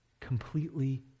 completely